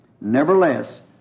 Nevertheless